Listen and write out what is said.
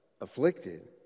afflicted